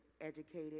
educated